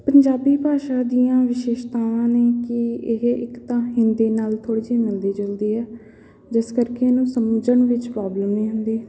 ਪੰਜਾਬੀ ਭਾਸ਼ਾ ਦੀਆਂ ਵਿਸ਼ੇਸ਼ਤਾਵਾਂ ਨੇ ਕਿ ਇਹ ਇੱਕ ਤਾਂ ਹਿੰਦੀ ਨਾਲ ਥੋੜ੍ਹੀ ਜਿਹੀ ਮਿਲਦੀ ਜੁਲਦੀ ਹੈ ਜਿਸ ਕਰਕੇ ਇਹਨੂੰ ਸਮਝਣ ਵਿੱਚ ਪ੍ਰੋਬਲਮ ਨਹੀਂ ਹੁੰਦੀ